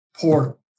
Portal